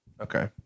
Okay